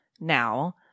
now